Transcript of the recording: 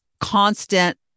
constant